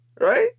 Right